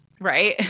Right